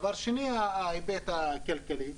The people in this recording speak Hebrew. דבר שני, ההיבט הכלכלי,